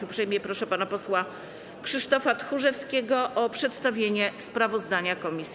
Uprzejmie proszę pana posła Krzysztofa Tchórzewskiego o przedstawienie sprawozdania komisji.